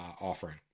offering